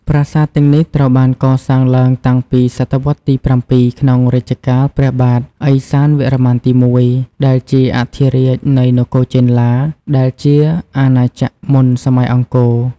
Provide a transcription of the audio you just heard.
ប្រាសាទទាំងនេះត្រូវបានកសាងឡើងតាំងពីសតវត្សទី ៧ ក្នុងរជ្ជកាលព្រះបាទឦសានវរ្ម័នទី ១ ដែលជាអធិរាជនៃនគរចេនឡា ដែលជាអាណាចក្រមុនសម័យអង្គរ។